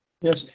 Yes